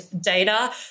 data